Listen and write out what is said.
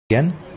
Again